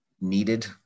needed